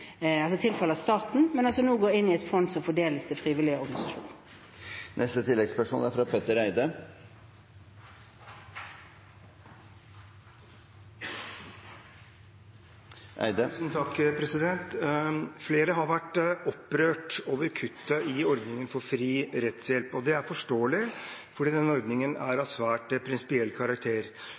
staten, men nå går inn i et fond som fordeles til frivillige organisasjoner. Petter Eide – til oppfølgingsspørsmål. Flere har vært opprørt over kuttet i ordningen for fri rettshjelp, og det er forståelig, for denne ordningen er av svært prinsipiell karakter.